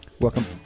Welcome